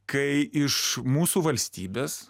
kai iš mūsų valstybės